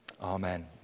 amen